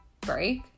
break